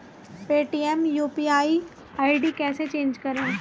Paytm UPI ID कैसे change करें?